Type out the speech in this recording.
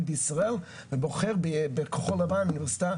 בישראל ובוחר בכחול לבן אוניברסיטה,